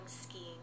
skiing